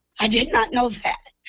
i did not know that.